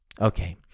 Okay